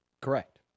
Correct